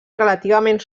relativament